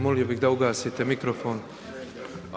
Molio bih da ugasite mikrofon